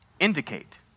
indicate